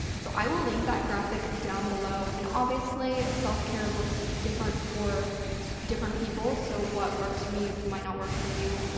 so i will link that graphic down below, and obviously, self-care looks different for different people so what works for me might not work for you,